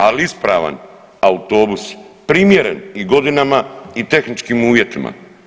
Ali ispravan autobus, primjeren i godinama i tehničkih uvjetima.